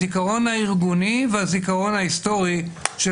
הזיכרון הארגוני והזיכרון ההיסטורי של